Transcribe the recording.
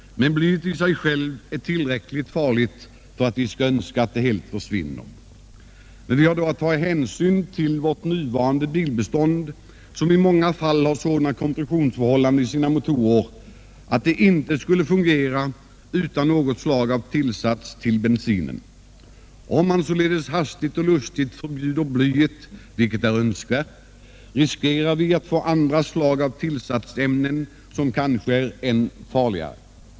Men blyet i sig självt är tillräckligt farligt för att vi skall önska att det helt försvinner. Men vi har då att ta hänsyn till vårt nuvarande bestånd av bilar som i många fall har sådana kompressionsförhållanden i sina motorer att de inte skulle fungera utan något slag av tillsats till bensinen. Om man således hastigt och lustigt förbjuder blyet, vilket är önskvärt, riskerar vi att få andra slag av tillsatsämnen som kanske är ännu farligare.